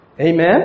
Amen